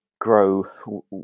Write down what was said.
grow